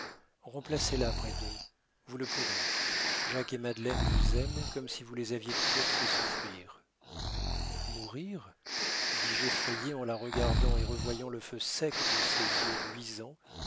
enfants remplacez la près d'eux vous le pourrez jacques et madeleine vous aiment comme si vous les aviez toujours fait souffrir mourir dis-je effrayé en la regardant et revoyant le feu sec de ses yeux luisants